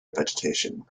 vegetation